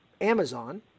Amazon